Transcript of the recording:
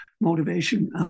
motivation